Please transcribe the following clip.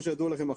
ולא